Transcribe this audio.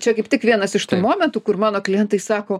čia kaip tik vienas iš tų momentų kur mano klientai sako